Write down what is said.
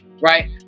Right